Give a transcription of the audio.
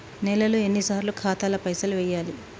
నెలలో ఎన్నిసార్లు ఖాతాల పైసలు వెయ్యాలి?